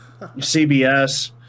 cbs